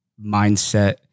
mindset